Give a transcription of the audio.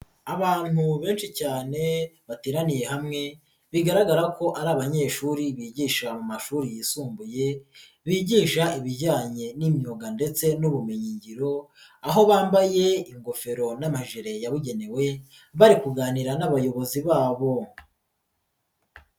Abantu benshi cyane bateraniye hamwe bigaragara ko ari abanyeshuri bigisha mu mashuri yisumbuye bigisha ibijyanye n'imyuga ndetse n'ubumenyingiro aho bambaye ingofero n'amajire yabugenewe bari kuganira n'abayobozi babo.